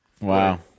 Wow